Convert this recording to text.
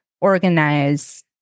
organize